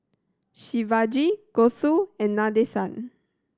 Shivaji Gouthu and Nadesan